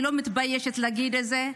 אני לא מתביישת להגיד את זה,